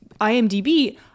IMDb